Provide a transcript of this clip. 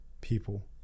people